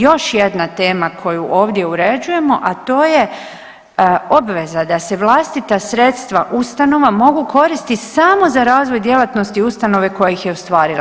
Još jedna tema koju ovdje uređujemo, a to je obveza da se vlastita sredstva ustanova mogu koristiti samo za razvoj djelatnosti ustanove koja ih je ostvarila.